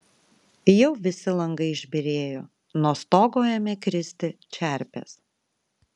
jau visi langai išbyrėjo nuo stogo ėmė kristi čerpės